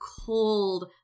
cold